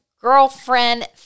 girlfriend